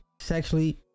sexually